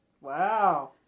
Wow